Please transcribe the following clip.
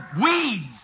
weeds